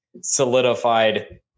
solidified